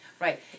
Right